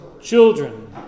children